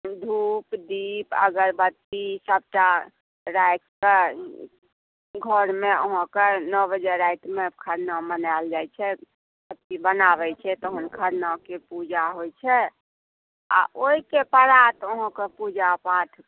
धुप दीप अगरबत्ती ई सभटा राखिकऽ घरमे अहाँके नओ बजे रातिमे खरना मनायल छै